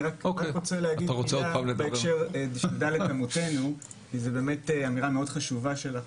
אני רק רוצה להגיד בהקשר לד' אמותינו כי זו באמת אמירה מאוד חשובה שלך,